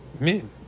Men